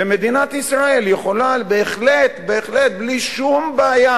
ומדינת ישראל יכולה בהחלט, בהחלט, בלי שום בעיה,